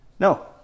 No